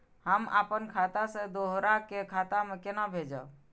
हम आपन खाता से दोहरा के खाता में केना भेजब?